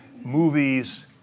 movies